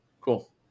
cool